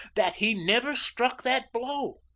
that he never struck that blow.